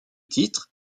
titre